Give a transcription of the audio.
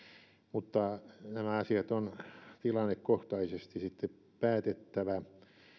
mutta nämä asiat on tilannekohtaisesti sitten päätettävä